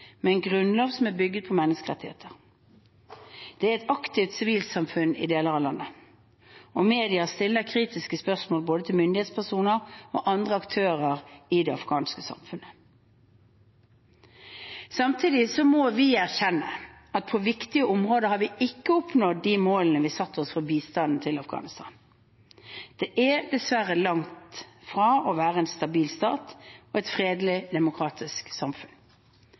med en grunnlov som er bygget på menneskerettighetene. Det er et aktivt sivilsamfunn i deler av landet. Medier stiller kritiske spørsmål både til myndighetspersoner og andre aktører i det afghanske samfunnet. Samtidig må vi erkjenne at på viktige områder har vi ikke oppnådd de målene vi satte oss for bistanden til Afghanistan. Det er dessverre langt fra å være en stabil stat og et fredelig, demokratisk samfunn.